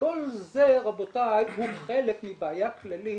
וכל זה רבותי, הוא חלק מבעיה כללית